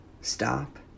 stop